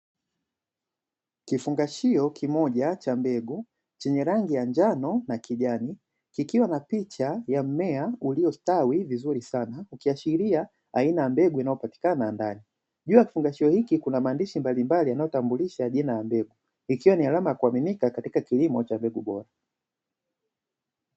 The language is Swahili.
Kifungashio kimoja cha mbegu chenye rangi ya njano na kijani kikiwa na picha ya mmea uliostawi vizuri sana, ukiashiria aina ya mbegu inayopatikana ndani, juu ya kufungashio hiki kuna maandishi mbalimbali yanayotambulisha jona la mbegu ikiwa ni alama ya kuaminika katika kilimo cha mbegu bora.